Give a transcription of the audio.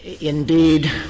Indeed